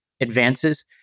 advances